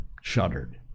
shuddered